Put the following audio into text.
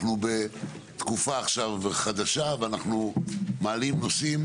אנחנו עכשיו בתקופה חדשה ואנחנו מעלים נושאים,